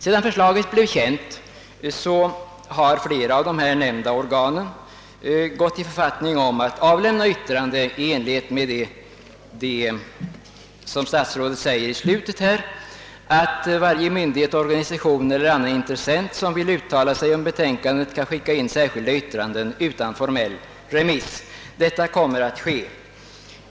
Sedan förslaget blev känt har flera av de nämnda organen gått i författning om att avlämna yttranden i enlighet med statsrådets uttalande i slutet av svaret, att »varje myndighet, organisation eller annan intressent som vill uttala sig om betänkandet kan skicka in särskilda yttranden utan formell remiss». Detta kommer att ske.